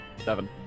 Seven